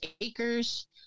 Acres